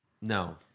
No